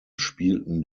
spielten